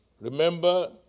Remember